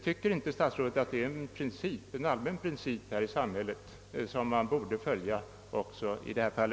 Tycker inte statsrådet att det är en allmän princip som borde följas också i detta fall?